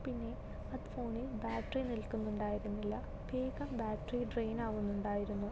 പിന്നെ അത് ഫോണിൽ ബാറ്ററി നിൽക്കുന്നുണ്ടായിരുന്നില്ല വേഗം ബാറ്ററി ഡ്രൈനാവുന്നുണ്ടായിരുന്നു